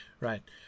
Right